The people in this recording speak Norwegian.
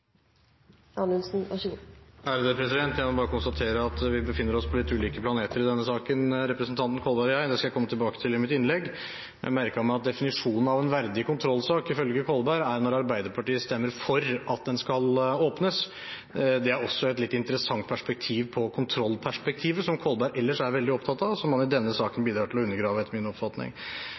jeg befinner oss på litt ulike planeter i denne saken. Det skal jeg komme tilbake til i mitt innlegg. Jeg merket meg at definisjonen av en verdig kontrollsak er når Arbeiderpartiet stemmer for at den skal åpnes. Det er også et litt interessant perspektiv på kontrollperspektivet, som representanten Kolberg ellers er veldig opptatt av, og som han i denne saken bidrar til å undergrave, etter min oppfatning.